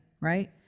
right